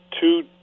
two